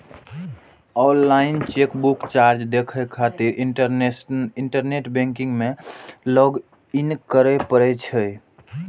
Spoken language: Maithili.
ऑनलाइन चेकबुक चार्ज देखै खातिर इंटरनेट बैंकिंग मे लॉग इन करै पड़ै छै